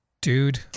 dude